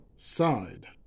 Side